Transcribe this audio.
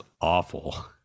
awful